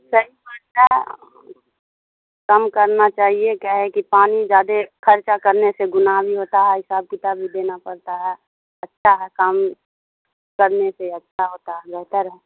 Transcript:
صحیح کم کرنا چاہیے کیا ہے کہ پانی زیادہ خرچہ کرنے سے گناہ بھی ہوتا ہے حساب کتاب بھی دینا پڑتا ہے اچھا ہے کم کرنے سے اچھا ہوتا بہتر ہے